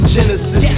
Genesis